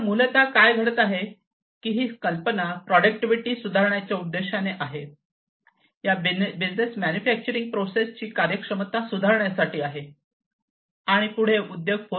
तर मूलतः काय घडत आहे की ही कल्पना प्रॉडक्टिव्हिटी सुधारण्याच्या उद्देशाने आहे या बिझनेस मॅनुफॅकट्युरिंग प्रोसेस ची कार्यक्षमता सुधारण्यासाठी आहे आणि पुढे उद्योग 4